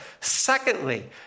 Secondly